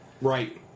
Right